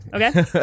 Okay